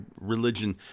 religion